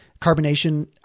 carbonation